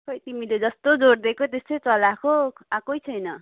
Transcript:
खोइ तिमीले जस्तो जोडिदिएको त्यस्तै चलाएको आएकै छैन